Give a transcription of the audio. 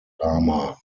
lama